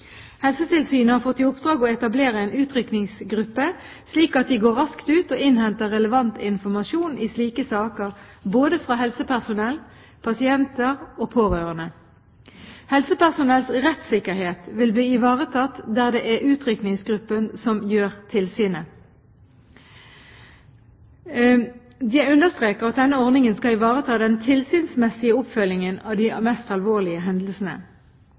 Helsetilsynet umiddelbart. Helsetilsynet har fått i oppdrag å etablere en utrykningsgruppe, slik at de går raskt ut og innhenter relevant informasjon i slike saker, både fra helsepersonell, pasienter og pårørende. Helsepersonells rettssikkerhet vil bli ivaretatt der det er utrykningsgruppen som gjennomfører tilsynet. Jeg understreker at denne ordningen skal ivareta den tilsynsmessige oppfølgingen av de mest alvorlige hendelsene.